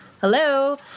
hello